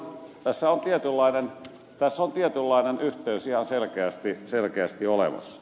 tässä on tietynlainen yhteys ihan selkeästi olemassa